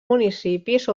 municipis